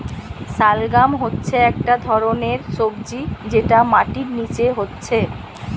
শালগাম হচ্ছে একটা ধরণের সবজি যেটা মাটির নিচে হচ্ছে